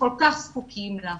שכל כך זקוקים להן.